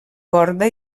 corda